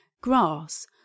grass